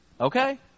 Okay